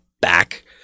back